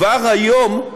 היום,